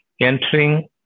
entering